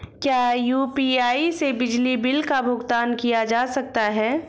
क्या यू.पी.आई से बिजली बिल का भुगतान किया जा सकता है?